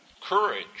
courage